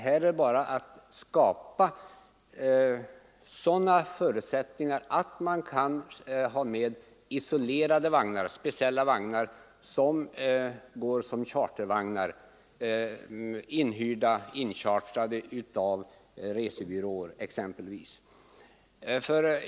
Här är det fråga om att skapa förutsättningar för att ta med speciella vagnar, som är chartrade av t.ex. resebyråer.